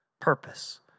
purpose